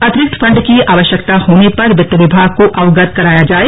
अतिरिक्त फंड की आवश्यकता होने पर वित्त विभाग को अवगत कराया जाए